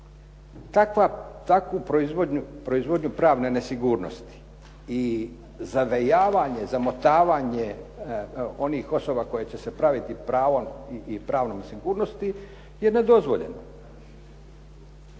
Takvu proizvodnju pravne nesigurnosti i zavejavanje, zamotavanje onih osoba koji će se praviti pravom i pravnom sigurnosti je nedozvoljena.